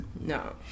No